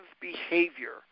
behavior